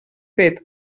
fet